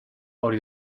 only